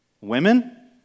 Women